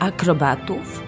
Akrobatów